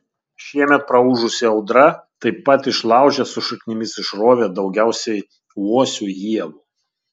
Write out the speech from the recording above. šiemet praūžusi audra taip pat išlaužė su šaknimis išrovė daugiausiai uosių ievų